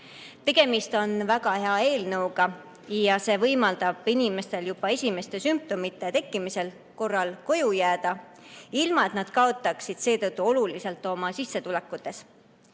eest. Tegemist on väga hea eelnõuga ja see võimaldab inimestel juba esimeste sümptomite tekkimise korral koju jääda, ilma et nad kaotaksid seetõttu oluliselt oma sissetulekutes. Eesti